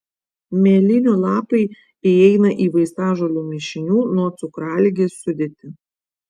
mėlynių lapai įeina į vaistažolių mišinių nuo cukraligės sudėtį